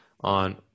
on